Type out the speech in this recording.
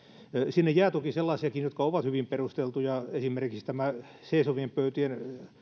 sinne jää toki sellaisiakin jotka ovat hyvin perusteltuja esimerkiksi tämä seisovien pöytien